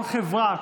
כל חברה,